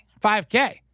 5K